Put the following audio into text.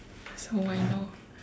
so I know